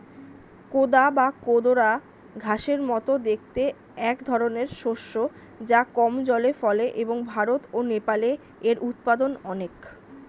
কোদা বা কোদরা ঘাসের মতো দেখতে একধরনের শস্য যা কম জলে ফলে এবং ভারত ও নেপালে এর উৎপাদন অনেক